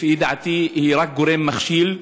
לפי דעתי היא רק גורם מכשיל,